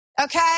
Okay